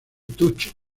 touch